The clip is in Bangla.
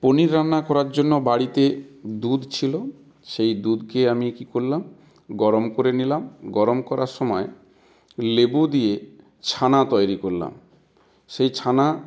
পনির রান্না করার জন্য বাড়িতে দুধ ছিল সেই দুধকে আমি কী করলাম গরম করে নিলাম গরম করার সময় লেবু দিয়ে ছানা তৈরি করলাম সেই ছানা